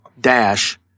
dash